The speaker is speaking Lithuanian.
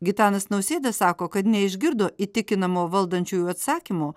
gitanas nausėda sako kad neišgirdo įtikinamo valdančiųjų atsakymo